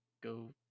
Go